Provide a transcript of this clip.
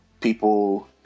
people